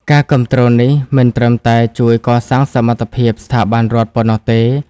ការគាំទ្រនេះមិនត្រឹមតែជួយកសាងសមត្ថភាពស្ថាប័នរដ្ឋប៉ុណ្ណោះទេ។